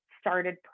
started